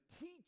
Teach